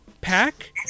pack